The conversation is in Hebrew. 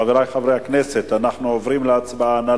חברי חברי הכנסת, אנחנו עוברים להצבעה.